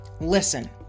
listen